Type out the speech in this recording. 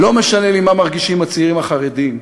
לא משנה לי מה מרגישים הצעירים החרדים,